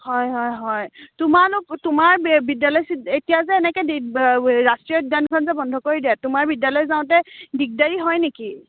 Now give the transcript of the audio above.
হয় হয় হয় তোমাৰ বিদ্যালয় চিদ্যালয় এতিয়া যে এনেকৈ ৰাষ্ট্ৰীয় উদ্যানখন যে বন্ধ কৰি দিয়ে তোমাৰ বিদ্যালয় যাওঁতে দিগদাৰী হয় নেকি